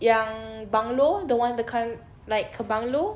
yang bungalow the one the kan like a bungalow